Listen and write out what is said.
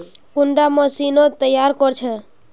कुंडा मशीनोत तैयार कोर छै?